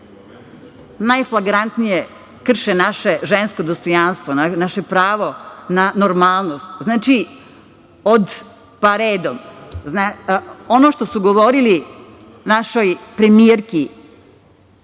čula. Najflagrantnije krše naše žensko dostojanstvo, naše pravo na normalnost. Znači, od, pa redom. Ono što su govorili našoj premijerki,